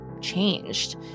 changed